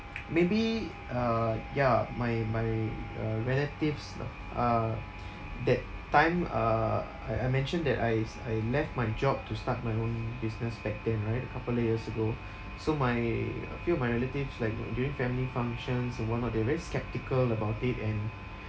maybe uh ya my my uh relatives uh uh that time uh I I mentioned that I s~ I left my job to start my own business back then right a couple of years ago so my I feel my relatives like during family functions and whatnot they're very skeptical about it and